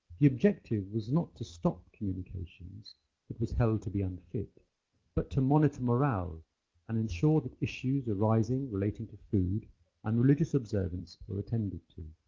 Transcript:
the objective was not to stop communication that was held to be unfit but to monitor morale and ensure that issues arising relating to food and religious observance were attended to.